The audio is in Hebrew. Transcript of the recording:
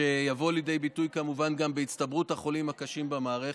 ושתבוא לידי ביטוי כמובן גם בהצטברות החולים הקשים במערכת.